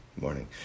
morning